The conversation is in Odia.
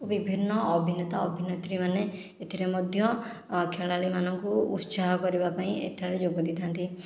ବିଭିନ୍ନ ଅଭିନେତା ଅଭିନେତ୍ରୀମାନେ ଏଥିରେ ମଧ୍ୟ ଖେଳାଳୀ ମାନଙ୍କୁ ଉତ୍ସାହ କରିବାପାଇଁ ଏଠାରେ ଯୋଗ ଦେଇଥାନ୍ତି